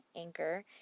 anchor